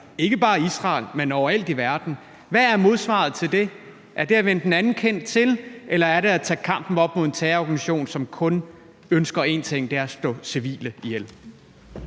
ikke bare i Israel, men overalt i verden? Hvad er modsvaret til det? Er det at vende den anden kind til, eller er det at tage kampen op mod en terrororganisation, som kun ønsker én ting, nemlig at slå civile ihjel?